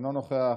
אינו נוכח,